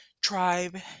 tribe